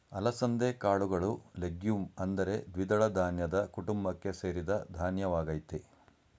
ಅಲಸಂದೆ ಕಾಳುಗಳು ಲೆಗ್ಯೂಮ್ ಅಂದರೆ ದ್ವಿದಳ ಧಾನ್ಯದ ಕುಟುಂಬಕ್ಕೆ ಸೇರಿದ ಧಾನ್ಯವಾಗಯ್ತೆ